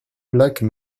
plaques